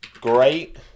great